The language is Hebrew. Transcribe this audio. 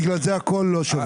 בגלל זה הכול לא שווה.